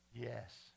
Yes